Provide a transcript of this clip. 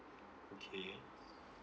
okay